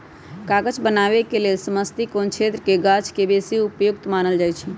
कागज बनाबे के लेल समशीतोष्ण क्षेत्रके गाछके बेशी उपयुक्त मानल जाइ छइ